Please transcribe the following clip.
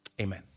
amen